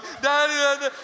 Daddy